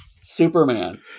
superman